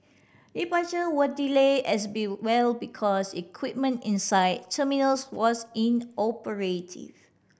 departures were delayed as be well because equipment inside terminals was inoperative